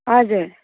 हजुर